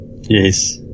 Yes